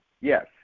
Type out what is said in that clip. Yes